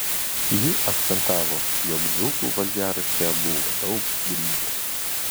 ji akcentavo jog dzūkų valgiaraštyje buvo daug grybų